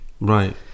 right